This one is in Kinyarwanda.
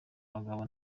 bagabo